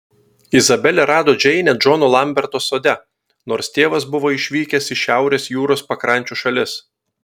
izabelė rado džeinę džono lamberto sode nors tėvas buvo išvykęs į šiaurės jūros pakrančių šalis